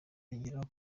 yongeraho